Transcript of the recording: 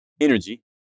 energy